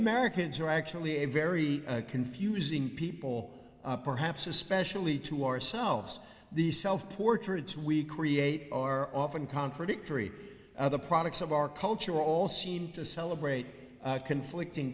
americans are actually a very confusing people perhaps especially to ourselves the self portraits we create are often contradictory other products of our culture all seem to celebrate conflicting